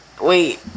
wait